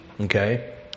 okay